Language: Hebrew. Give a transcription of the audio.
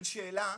ננעלה בשעה